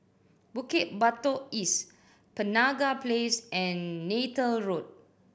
Bukit Batok East Penaga Place and Neythal Road